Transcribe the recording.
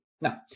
Now